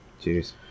Cheers